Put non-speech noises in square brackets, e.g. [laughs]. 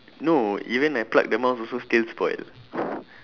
no even I plug the mouse also still spoil [laughs]